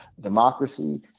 democracy